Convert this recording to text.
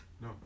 No